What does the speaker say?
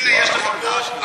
הנה יש לך פה אתחלתא